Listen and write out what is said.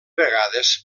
vegades